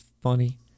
funny